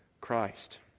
Christ